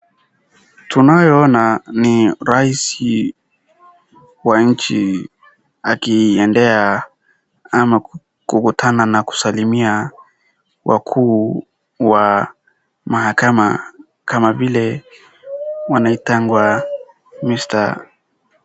Tunayoona ni rais wa nchi akiendea ama kukutana na kusalimia wakuu wa mahakama kama vile wanaitangwa mr